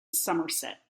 somerset